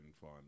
fun